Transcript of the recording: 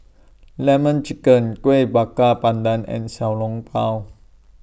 Lemon Chicken Kuih Bakar Pandan and Xiao Long Bao